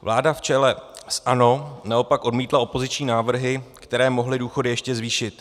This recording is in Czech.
Vláda v čele s ANO naopak odmítla opoziční návrhy, které mohly důchody ještě zvýšit.